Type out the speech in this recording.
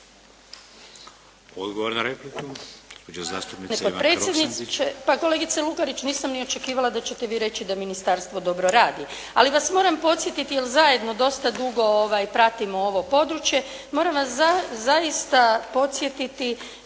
Odgovor na repliku.